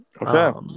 Okay